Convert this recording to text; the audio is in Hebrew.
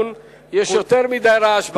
יש יותר מדי רעש באולם.